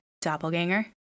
Doppelganger